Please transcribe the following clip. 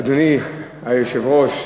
אדוני היושב-ראש,